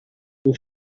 این